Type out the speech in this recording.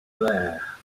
there